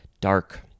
dark